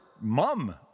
mum